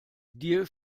dir